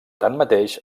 tanmateix